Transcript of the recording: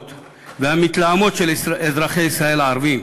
והמתלהמים של אזרחי ישראל הערבים,